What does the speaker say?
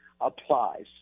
applies